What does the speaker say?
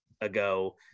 ago